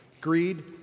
greed